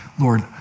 Lord